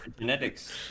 genetics